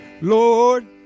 Lord